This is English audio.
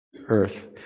earth